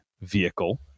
vehicle